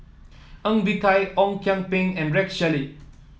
Ng Bee Kia Ong Kian Peng and Rex Shelley